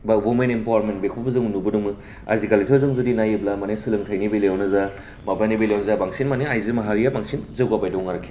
बा women empowerment बेखौबो जों नुबोदोंमोन आजिखालिथ' जों जुदि नायोब्ला माने सोलोंथाइनि बेलायावनो जा माबानि बेलायाव जा बांसिन माने आइजो माहारिया बांसिन जौगाबाय दं आरखि